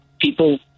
People